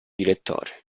direttore